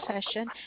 session